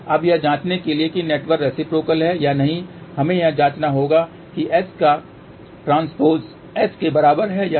अब यह जांचने के लिए कि नेटवर्क रेसिप्रोकल है या नहीं हमें यह जांचना होगा कि S का ट्रांज़िशन S के बराबर है या नहीं